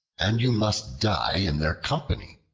and you must die in their company.